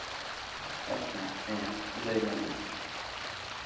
ᱟᱪᱪᱷᱟ ᱦᱮᱸ ᱞᱟᱹᱭ ᱢᱮ ᱟᱫᱚ